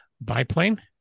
biplane